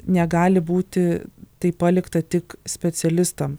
negali būti tai palikta tik specialistam